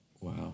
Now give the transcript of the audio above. wow